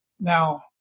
Now